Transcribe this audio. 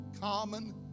common